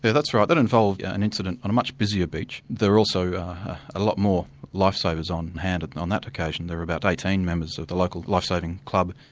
that's right. that involved an incident on a much busier beach. there were also a lot more life savers on hand on that occasion. there were about eighteen members of the local life saving club.